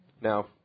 now